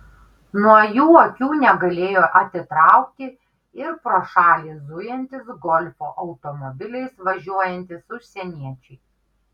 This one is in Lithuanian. nuo jų akių negalėjo atitraukti ir pro šalį zujantys golfo automobiliais važiuojantys užsieniečiai